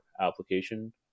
application